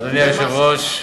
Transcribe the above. אדוני היושב-ראש,